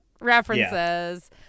references